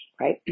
right